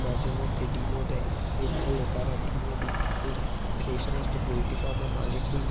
মাঝেমধ্যে ডিমও দেয় এর ফলে তারা ডিমও বিক্রি করে সেই সমস্ত পোলট্রি ফার্মে মালিকগুলো